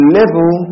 level